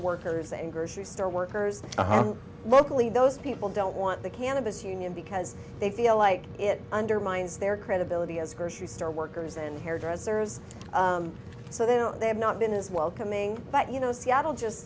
workers and grocery store workers locally those people don't want the cannabis union because they feel like it undermines their credibility as grocery store workers and hairdressers so they're not they have not been as welcoming but you know seattle just